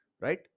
Right